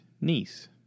niece